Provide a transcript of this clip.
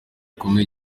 bikomeye